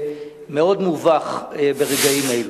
מאוד מובך ברגעים אלו,